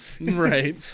Right